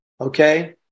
Okay